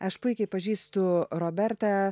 aš puikiai pažįstu robertą